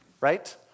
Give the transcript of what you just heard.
right